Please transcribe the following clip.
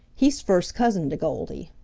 he's first cousin to goldy.